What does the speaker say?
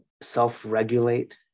self-regulate